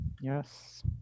Yes